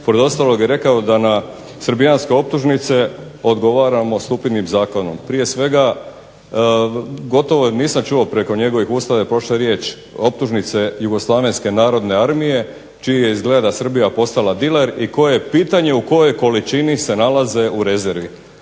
Pored ostalog je rekao da na srbijanske optužnice odgovaramo stupidnim zakonom. Prije svega, gotovo jer nisam čuo preko njegovih usta da je prošla riječ optužnice Jugoslavenske narodne armije čiji je izgleda Srbija postala diler i koje pitanje, pitanje u kojoj količini se nalaze u rezervi.